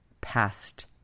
past